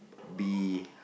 bee